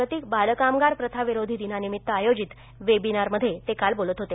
जागतिक बालकामगार प्रथाविरोधी दिनानिमित्त आयोजित वेबिनारमध्ये ते काल बोलत होते